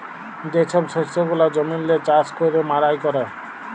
যে ছব শস্য গুলা জমিল্লে চাষ ক্যইরে মাড়াই ক্যরে